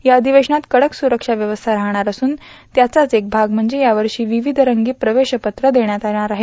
या अषिवेश्वनात कडक सुरक्षा व्यवस्था राहणार असून त्याचाच एक भाग म्हणजे या वर्षी विविषरंगी प्रवेशपत्र देण्यात येणार आहेत